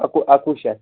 اَکہٕ اَکہ وُہ شَتھ